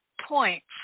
points